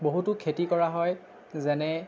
বহুতো খেতি কৰা হয় যেনে